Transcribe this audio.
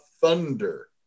thunder